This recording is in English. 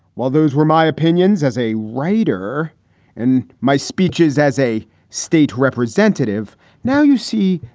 well, those were my opinions as a writer and my speeches as a state representative now, you see,